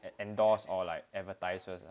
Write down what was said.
and endorsed or like advertisers